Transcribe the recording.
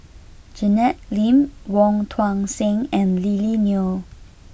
Janet Lim Wong Tuang Seng and Lily Neo